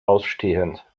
ausstehend